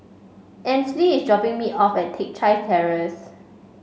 Ainsley is dropping me off at Teck Chye Terrace